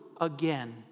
again